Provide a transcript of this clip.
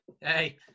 hey